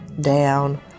down